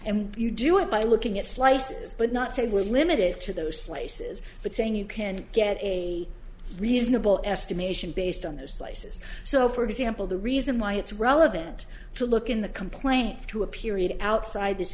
and you do it by looking at slices but not say we're limited to those places but saying you can get a reasonable estimation based on those places so for example the reason why it's relevant to look in the complaint to a period outside this